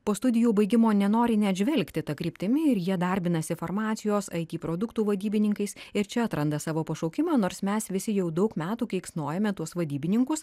po studijų baigimo nenori net žvelgti ta kryptimi ir jie darbinasi farmacijos it produktų vadybininkais ir čia atranda savo pašaukimą nors mes visi jau daug metų keiksnojame tuos vadybininkus